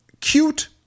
cute